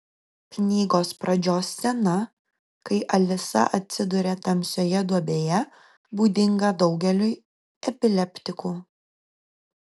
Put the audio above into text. knygos pradžios scena kai alisa atsiduria tamsioje duobėje būdinga daugeliui epileptikų